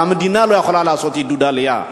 הרי המדינה לא יכולה לעשות עידוד עלייה.